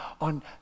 on